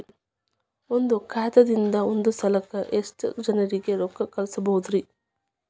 ಒಂದ್ ಖಾತೆಯಿಂದ, ಒಂದ್ ಸಲಕ್ಕ ಎಷ್ಟ ಜನರಿಗೆ ರೊಕ್ಕ ಕಳಸಬಹುದ್ರಿ?